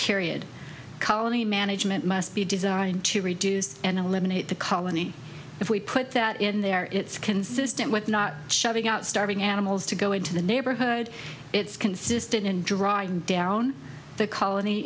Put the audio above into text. period colony management must be designed to reduce and eliminate the colony if we put that in there it's consistent with not shutting out starving animals to go into the neighborhood it's consistent in driving down the colon